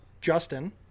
Justin